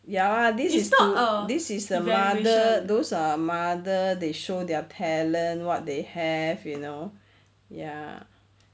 ya lah this is this is the mother those err mother they show their talent what they have you know ya